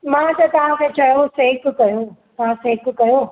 मां त तव्हांखे चयो सेक कयो तव्हां सेक कयो